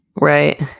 Right